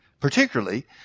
particularly